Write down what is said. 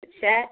chat